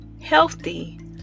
healthy